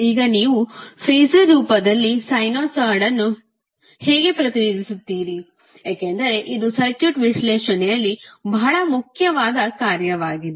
ಈಗ ನೀವು ಫಾಸರ್ ರೂಪದಲ್ಲಿ ಸೈನುಸಾಯ್ಡ್ ಅನ್ನು ಹೇಗೆ ಪ್ರತಿನಿಧಿಸುತ್ತೀರಿ ಏಕೆಂದರೆ ಇದು ಸರ್ಕ್ಯೂಟ್ ವಿಶ್ಲೇಷಣೆಯಲ್ಲಿ ಬಹಳ ಮುಖ್ಯವಾದ ಕಾರ್ಯವಾಗಿದೆ